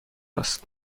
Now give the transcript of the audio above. است